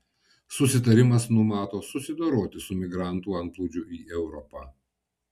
susitarimas numato susidoroti su migrantų antplūdžiu į europą